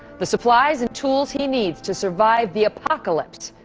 the supplies and tools he needs to survive the apocalypse,